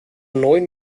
neun